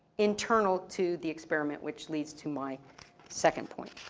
internal to the experiment, which leads to my second point.